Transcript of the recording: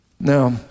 Now